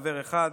חבר אחד.